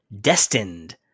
Destined